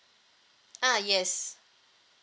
ah yes